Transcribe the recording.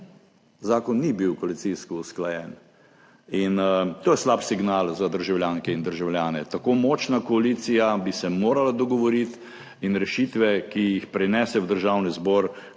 zakon ni bil koalicijsko usklajen in to je slab signal za državljanke in državljane, tako močna koalicija bi se morala dogovoriti in rešitve, ki jih prinese v Državni zbor,